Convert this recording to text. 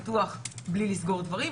בלי לסגור דברים,